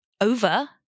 over